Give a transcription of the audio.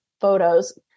photos